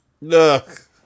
look